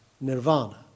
nirvana